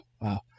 wow